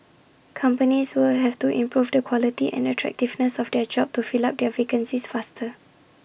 companies will have to improve the quality and attractiveness of their jobs to fill up their vacancies faster